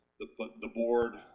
the but the board.